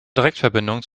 direktverbindung